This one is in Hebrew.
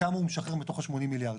כמה הוא משחרר מתוך ה-80 מיליארד.